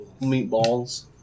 Meatballs